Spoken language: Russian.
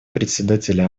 представителя